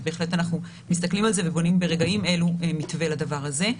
אז בהחלט אנחנו מסתכלים על זה ובונים ברגעים אלו מתווה לדבר הזה.